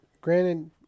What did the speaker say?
granted